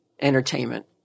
entertainment